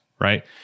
right